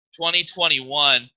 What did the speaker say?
2021